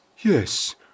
Yes